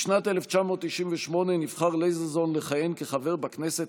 בשנת 1998 נבחר לייזרזון לכהן כחבר בכנסת